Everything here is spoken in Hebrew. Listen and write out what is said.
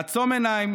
לעצום עיניים,